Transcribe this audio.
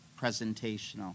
presentational